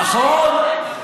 נכון?